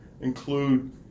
include